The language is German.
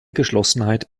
geschlossenheit